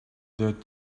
that